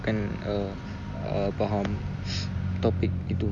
akan uh uh faham topic itu